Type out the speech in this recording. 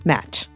Match